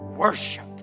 Worship